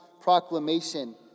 proclamation